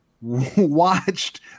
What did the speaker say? watched